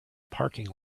parking